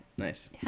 Nice